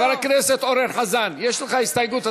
חבר הכנסת אורן חזן, יש לך הסתייגות.